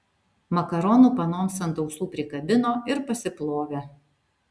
makaronų panoms ant ausų prikabino ir pasiplovė